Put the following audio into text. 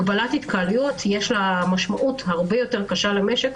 הגבלת התקהלויות יש לה משמעות הרבה יותר קשה למשק,